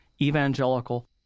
evangelical